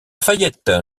fayette